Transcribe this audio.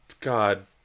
god